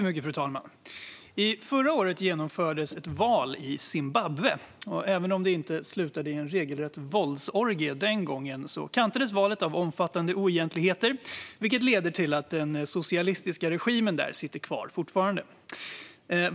Fru talman! Förra året genomfördes ett val i Zimbabwe. Även om det inte slutade i en regelrätt våldsorgie den gången kantades valet av omfattande oegentligheter, vilket ledde till att den socialistiska regimen fortfarande sitter kvar.